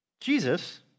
Jesus